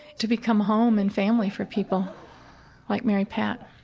to become home and family for people like mary pat